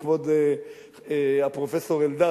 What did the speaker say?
כבוד הפרופסור אלדד,